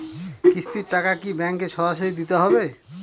কিস্তির টাকা কি ব্যাঙ্কে সরাসরি দিতে হবে?